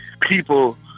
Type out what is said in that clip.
people